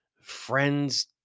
friends